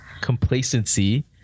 complacency